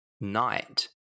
night